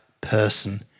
person